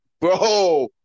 bro